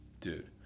Dude